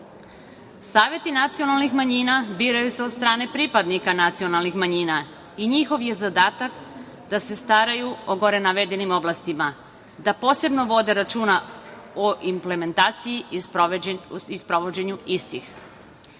jezika. Saveti nacionalnih manjina biraju se od strane pripadnika nacionalnih manjina i njihov je zadatak da se staraju o gore navedenim oblastima, da posebno vode računa o implementaciji i sprovođenju istih.